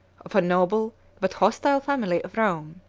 of a noble but hostile family of rome.